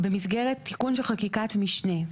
במסגרת תיקון של חקיקת משנה.